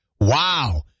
Wow